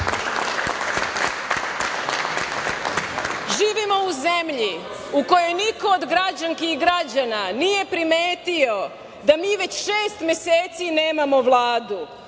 sobom. Živimo u zemlji u kojoj niko od građanki i građana nije primetio da mi već šest meseci nemamo Vladu,